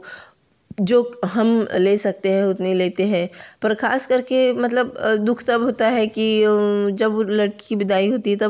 जो हम ले सकते हैं उतने लेते हैं पर ख़ास करके मतलब दुख तब होता है कि जब लड़की विदाई होती है तब